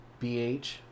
BH